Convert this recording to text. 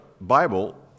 Bible